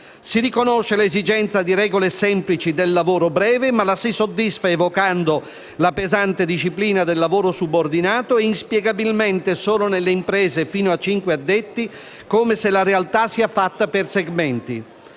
Si riconosce l'esigenza di regole semplici del lavoro breve, ma la si soddisfa evocando la pesante disciplina del lavoro subordinato e, inspiegabilmente, solo nelle imprese fino a cinque addetti, come se la realtà fosse fatta per segmenti.